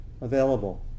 available